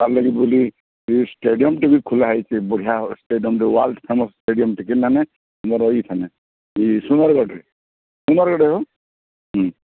ତାର୍ ଲାଗି ବୋଲି ଏଇ ଷ୍ଟାଡ଼ିୟମ୍ଟେ ବି ଖୁଲା ହେଇଛି ବଢ଼ିଆ ଷ୍ଟାଡ଼ିୟମ୍ ୱାର୍ଲ୍ଡ ଫେମସ୍ ଷ୍ଟାଡ଼ିୟମ୍ଟେ ଯେନ୍ ଆମେ ମୋର୍ ଏଖାନେ ଏଇ ସୁନ୍ଦରଗଡ଼୍ରେ ସୁନ୍ଦରଗଡ଼୍ରେ ହୋ ହୁଁ